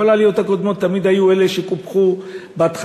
כל העליות הקודמות תמיד היו אלה שקופחו בהתחלה,